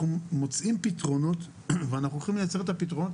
מוצאים פתרונות ואנחנו הולכים לייצר את הפתרונות